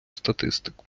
статистику